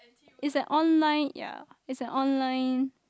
is an online ya is an online